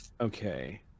Okay